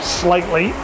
slightly